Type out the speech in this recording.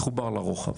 מחובר לרוחב.